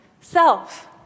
self